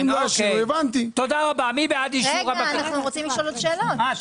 התשל"ו-1976, ובאישור ועדת הכספים של הכנסת, אני